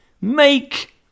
Make